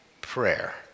prayer